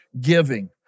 giving